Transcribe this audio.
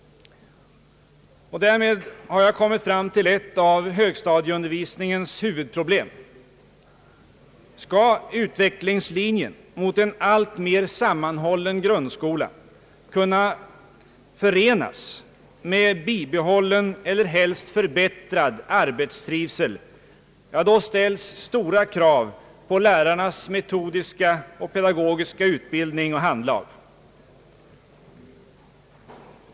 Därmed har jag kommit fram till ett av högstadieundervisningens huvudproblem: Skall utvecklingslinjen mot en alltmer sammanhållen grundskola kunna förenas med bibehållen eller helst förbättrad arbetstrivsel? Ja, då ställs stora krav på lärarnas metodiska och pedagogiska utbildning och handlag.